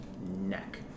neck